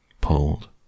pulled